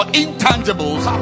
intangibles